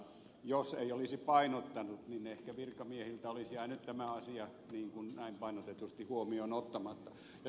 jos ei olisi painottanut niin ehkä virkamiehiltä olisi jäänyt tämä asia näin painotetusti huomioon ottamatta